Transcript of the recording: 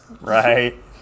Right